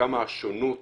וכמה השונות